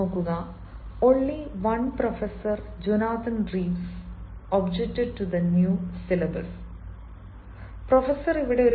" only one professor Jonathan Reeves object to new syllabus" Only one professor Jonathan Reeves objected to the new syllabus